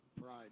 Pride